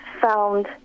found